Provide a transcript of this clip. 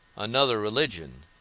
another religion,